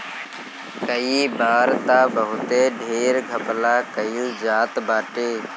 कई बार तअ बहुते ढेर घपला कईल जात बाटे